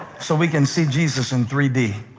so we can see jesus in three d.